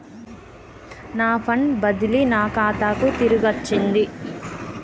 నా ఫండ్ బదిలీ నా ఖాతాకు తిరిగచ్చింది